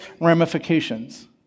ramifications